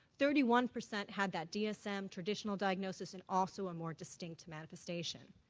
thirty one percent had that dsm traditional diagnosis and also a more distinct manifestation.